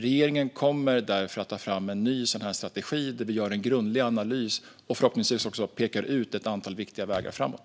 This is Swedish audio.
Regeringen kommer därför att ta fram en ny sådan här strategi där vi gör en grundlig analys och förhoppningsvis också pekar ut ett antal viktiga vägar framåt.